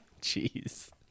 Jeez